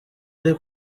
ari